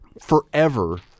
forever